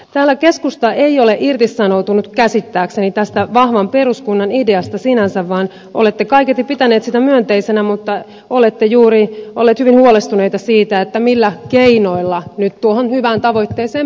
täällä keskusta ei ole irtisanoutunut käsittääkseni tästä vahvan peruskunnan ideasta sinänsä vaan olette kaiketi pitäneet sitä myönteisenä mutta olette juuri olleet hyvin huolestuneita siitä millä keinoilla nyt tuohon hyvään tavoitteeseen päästäisiin